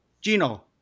Gino